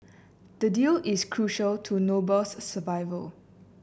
the deal is crucial to Noble's survival